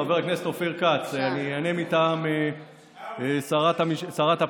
חבר הכנסת אופיר כץ, אני אענה מטעם שרת הפנים.